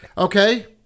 Okay